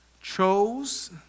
chose